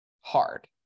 hard